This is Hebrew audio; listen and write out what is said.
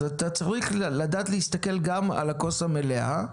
אז אתה צריך לדעת להסתכל גם על הכוס המלאה.